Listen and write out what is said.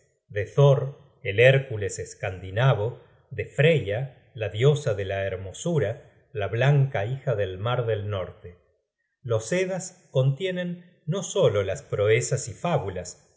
thor el hércules scandinavo de freya la diosa de la hermosura la blanca hija del mar del norte los eddas contienen no solo las proezas y fábulas